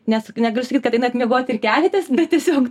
nes negaliu sakyt kad einat miegot ir keliatės bet tiesiog